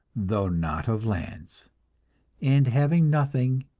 though not of lands and having nothing,